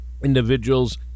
individuals